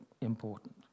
important